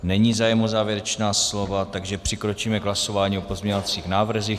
Není zájem o závěrečná slova, takže přikročíme k hlasování o pozměňovacích návrzích.